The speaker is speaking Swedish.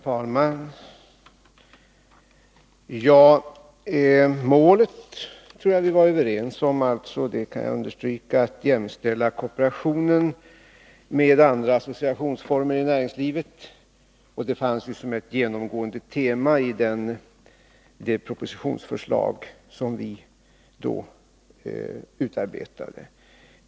Herr talman! Målet tror jag vi är överens om. Jag kan understryka att det är att jämställa kooperationen med andra associationsformer i näringslivet. Det var det genomgående temat i det propositionsförslag som vi utarbetade.